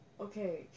Okay